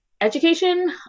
education